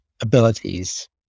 abilities